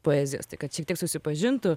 poezijos tai kad šiek tiek susipažintų